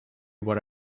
what